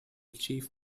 chief